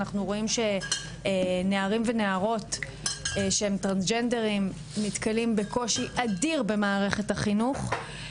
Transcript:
נערים ונערות טרנסג'נדרים נתקלים בקושי אדיר במערכת החינוך.